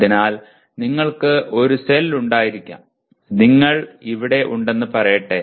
അതിനാൽ നിങ്ങൾക്ക് ഒരു സെൽ ഉണ്ടായിരിക്കാം നിങ്ങൾ ഇവിടെ ഉണ്ടെന്ന് പറയട്ടെ